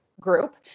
group